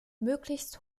möglichst